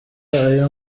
ayo